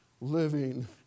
living